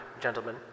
gentlemen